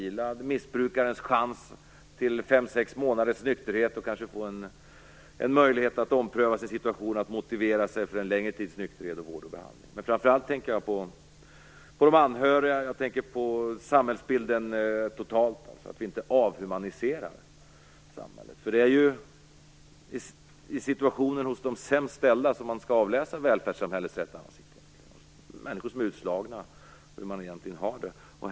Ett LVM-hem ger också missbrukaren en chans till fem sex månaders nykterhet och en möjlighet att ompröva sin situation för att motivera sig för en längre tids nykterhet och vård och behandling. Framför allt tänker jag på de anhöriga och på den totala samhällsbilden. Vi får inte avhumanisera samhället. Det är ju de sämst ställdas situation som visar välfärdssamhällets rätta ansikte. Det handlar om hur de människor som är utslagna egentligen har det.